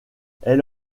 elle